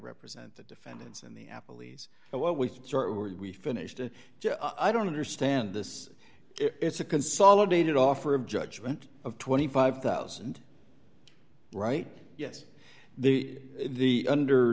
represent the defendants in the apple e's and what we are we finished and i don't understand this it's a consolidated offer of judgment of twenty five thousand right yes the the under